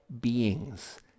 beings